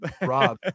Rob